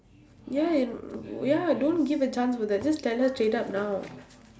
ya and ya don't give a chance for that just tell her straight up now